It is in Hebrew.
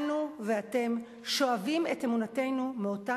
אנו ואתם שואבים את אמונותינו מאותם